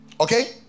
okay